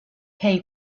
pay